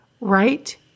right